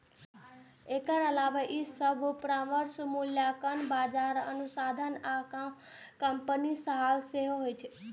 एकर अलावे ई सभ परामर्श, मूल्यांकन, बाजार अनुसंधान आ कानूनी सलाह सेहो दै छै